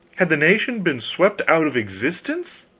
had the nation been swept out of existence?